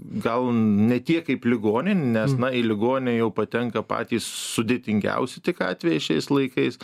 gal ne tiek kaip ligoninė nes na į ligoninę jau patenka patys sudėtingiausi tik atvejai šiais laikais